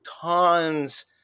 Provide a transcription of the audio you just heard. tons